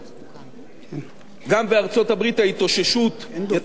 גם בארצות-הברית ההתאוששות יותר אטית ממה שחשבנו,